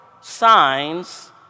signs